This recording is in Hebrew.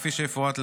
כפי שיפורט להלן.